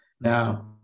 Now